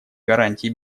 гарантии